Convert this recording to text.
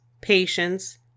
Patience